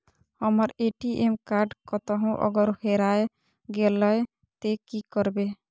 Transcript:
हमर ATM card कतहो अगर हेराय गले ते की करबे?